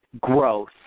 growth